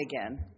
again